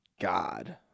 God